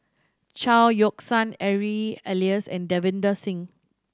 Chao Yoke San Harry Elias and Davinder Singh